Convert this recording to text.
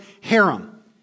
harem